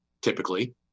typically